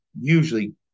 usually